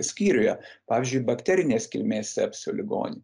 skyriuje pavyzdžiui bakterinės kilmės sepsio ligonį